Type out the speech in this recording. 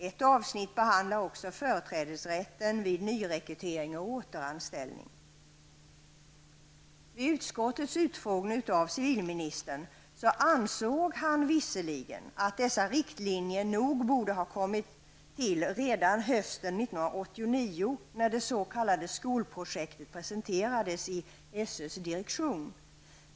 Ett avsnitt behandlar också företrädesrätten vid nyrekrytering och återanställning. Vid utskottets utfrågning ansåg visserligen civilministern att dessa riktlinjer nog borde ha kommit redan hösten 1989, när det s.k. skolprojektet presenterades i SÖs direktion.